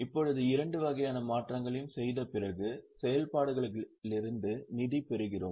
இப்போது இரண்டு வகையான மாற்றங்களையும் செய்த பிறகு செயல்பாடுகளிலிருந்து நிதி பெறுகிறோம்